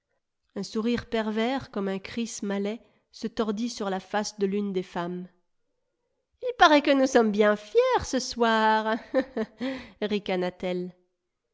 un sourire pervers comme un kriss malais se tordit sur la face de l'une des femmes ia il paraît que nous sommes bien fiers ce soir